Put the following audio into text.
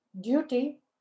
Duty